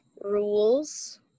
rules